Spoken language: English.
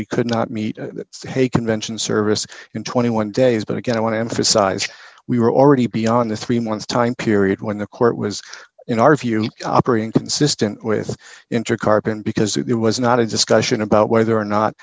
we could not meet the hague convention service in twenty one days but again i want to emphasize we were already beyond the three months time period when the court was in our view operating consistent with intercourse because it was not a discussion about whether or not